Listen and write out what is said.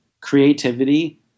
creativity